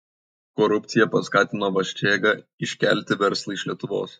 korupcija paskatino vaščėgą iškelti verslą iš lietuvos